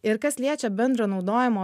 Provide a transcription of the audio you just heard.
ir kas liečia bendro naudojimo